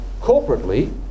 corporately